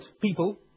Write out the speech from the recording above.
people